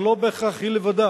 אבל לא בהכרח היא לבדה,